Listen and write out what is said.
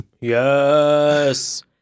Yes